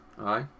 Aye